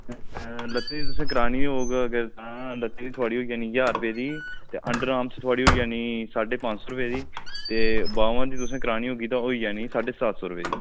लत्तें दी तुसें करानी होग अगर तां लत्तें दी थुआढ़ी होई जानी ज्हार रपेऽ दी ते अंडर आर्म थुआढ़ी होई जानी साड्ढे पंज सौ रपेऽ दी ते बाह्में दी तुसें करानी होगी तां होई जानी साड्ढे सत्त सौ रपेऽ दी